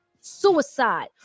suicide